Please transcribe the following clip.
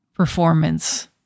Performance